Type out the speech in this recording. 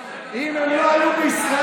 אם הם לא היו בישראל,